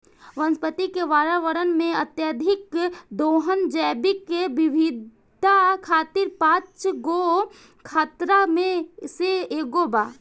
वनस्पति के वातावरण में, अत्यधिक दोहन जैविक विविधता खातिर पांच गो खतरा में से एगो बा